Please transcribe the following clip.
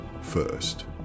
first